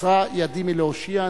קצרה ידי מלהושיע,